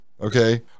okay